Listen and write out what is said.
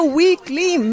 weekly